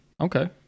Okay